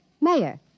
Mayor